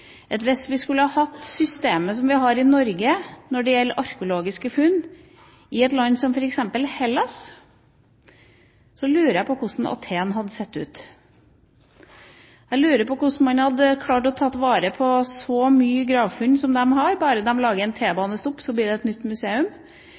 tankeeksperiment. Hvis vi skulle hatt systemet som i Norge når det gjelder arkeologiske funn i et land som f.eks. Hellas, lurer jeg på hvordan Athen hadde sett ut. Jeg lurer på hvordan man hadde klart å ta vare på så mange gravfunn som de har. Bare de lager en